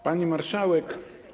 Pani Marszałek!